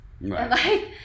Right